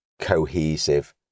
cohesive